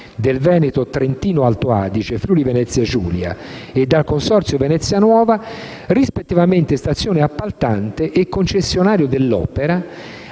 del Veneto, Trentino-Alto Adige e Friuli-Venezia Giulia e dal Consorzio Venezia nuova, rispettivamente stazione appaltante e concessionario dell'opera,